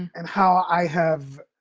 and how i have.